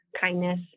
kindness